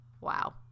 wow